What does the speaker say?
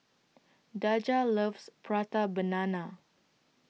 Daja loves Prata Banana